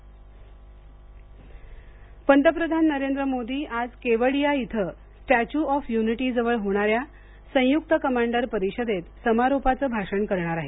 पंतप्रधान गुजरात दौरा पंतप्रधान नरेंद्र मोदी हे आज केवाडिया इथं स्टॅच्यू ऑफ युनिटीजवळ होणाऱ्या संयुक्त कमांडर परिषदेत समारोपाचं भाषण करणार आहेत